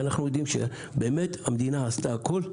אנחנו יודעים שהמדינה עשתה הכול,